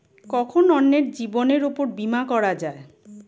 কখন অন্যের জীবনের উপর বীমা করা যায়?